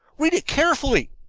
read it carefully.